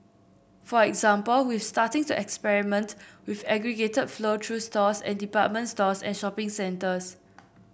for example we starting to experiment with aggregated flow through stores and department stores and shopping centres